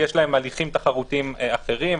ויש להם תהליכים תחרותיים אחרים.